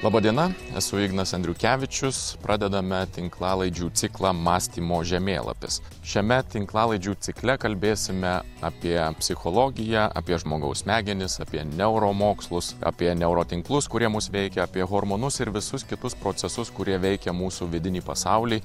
laba diena esu ignas andriukevičius pradedame tinklalaidžių ciklą mąstymo žemėlapis šiame tinklalaidžių cikle kalbėsime apie psichologiją apie žmogaus smegenis apie neuromokslus apie neurotinklus kurie mus veikia apie hormonus ir visus kitus procesus kurie veikia mūsų vidinį pasaulį